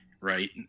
right